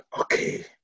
okay